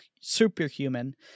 superhuman